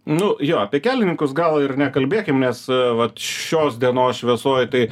nu jo apie kelininkus gal ir nekalbėkim nes vat šios dienos šviesoj tai